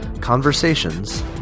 conversations